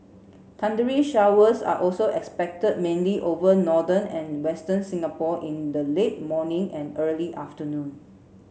thundery showers are also expected mainly over northern and western Singapore in the late morning and early afternoon